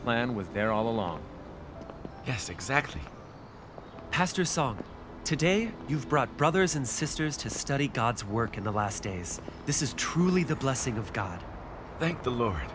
plan was there all along yes exactly pastor song today you've brought brothers and sisters to study god's work in the last days this is truly the blessing of god thank the lord